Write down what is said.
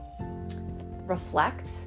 reflect